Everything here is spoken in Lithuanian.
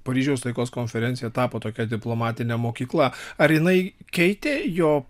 paryžiaus taikos konferencija tapo tokia diplomatine mokykla ar jinai keitė jo